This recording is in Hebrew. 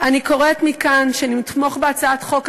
אני קוראת מכאן שנתמוך בהצעת החוק הזאת,